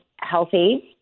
healthy